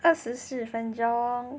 二十四分钟